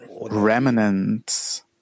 remnants